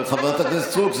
אבל חברת הכנסת סטרוק,